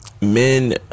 men